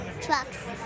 Trucks